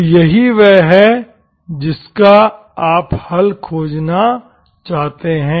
तो यही वह है जिसका आप हल खोजना चाहते हैं